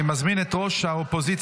אני מזמין את ראש האופוזיציה,